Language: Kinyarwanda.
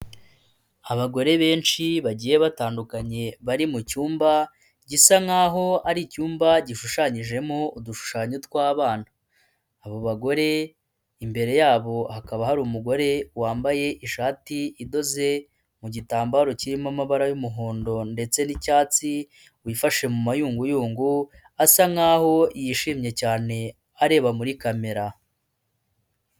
Abagore benshi bagiye batandukanye bari mu cyumba gisa nk’aho ar’icyumba gishushanyijemo udushushanyo tw’abana, abo bagore imbere yabo hakaba har’umugore wambaye ishati idoze mu gitambaro kirimo amabara y'umuhondo ndetse n'cyatsi, wifashe mu mayunguyungu asa nk’aho yishimye cyane areba muri camera.